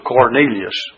Cornelius